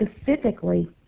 specifically